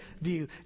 view